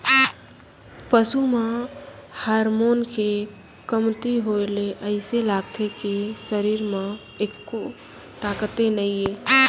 पसू म हारमोन के कमती होए ले अइसे लागथे के सरीर म एक्को ताकते नइये